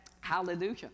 Hallelujah